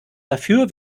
dafür